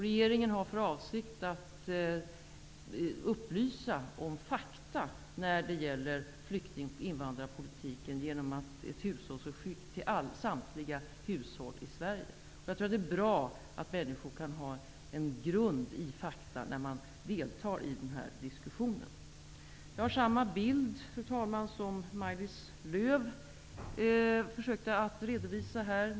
Regeringen har för avsikt att upplysa om fakta när det gäller flykting och invandrarpolitiken genom ett utskick till samtliga hushåll i Sverige. Det är bra att människor får en faktagrund för att kunna delta i den här diskussionen. Fru talman! Jag har samma bild som Maj-Lis Lööw försökte redovisa här.